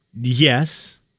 yes